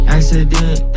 Accident